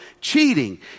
cheating